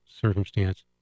circumstance